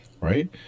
Right